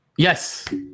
Yes